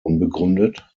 unbegründet